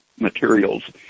materials